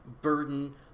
burden